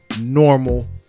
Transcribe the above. normal